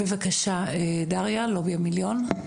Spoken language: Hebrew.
בבקשה, דליה, לובי המיליון.